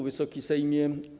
Wysoki Sejmie!